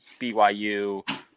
BYU